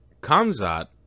Kamzat